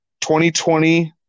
2020